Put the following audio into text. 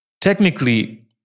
technically